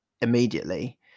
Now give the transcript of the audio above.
immediately